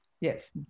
yes